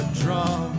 drum